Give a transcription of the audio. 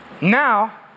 Now